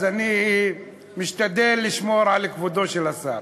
אז אני משתדל לשמור על כבודו של השר.